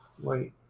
Wait